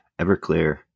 Everclear